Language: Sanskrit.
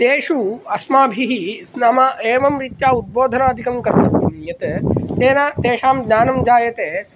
तेषु अस्माभिः नाम एवं रीत्या उद्बोधनादिकं कर्तुं यत् तेन तेषां ज्ञानं जायते